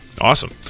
Awesome